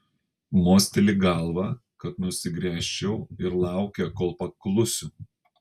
mosteli galva kad nusigręžčiau ir laukia kol paklusiu